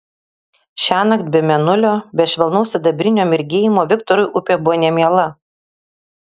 šiąnakt be mėnulio be švelnaus sidabrinio mirgėjimo viktorui upė buvo nemiela